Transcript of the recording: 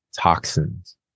toxins